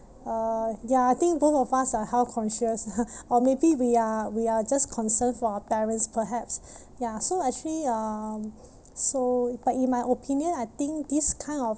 uh ya I think both of us are health-conscious or maybe we are we are just concerned for our parents perhaps ya so actually uh so but in my opinion I think this kind of